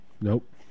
Nope